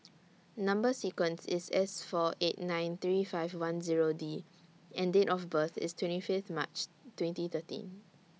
Number sequence IS S four eight nine three five one Zero D and Date of birth IS twenty Fifth March twenty thirteen